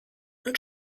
und